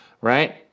right